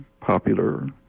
popular